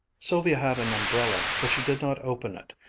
sylvia had an umbrella, but she did not open it.